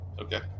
Okay